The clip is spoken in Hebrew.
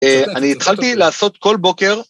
אני התחלתי לעשות כל בוקר.